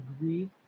agree